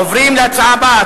עוברים להצעה הבאה,